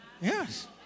Yes